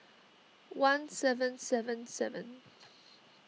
one seven seven seven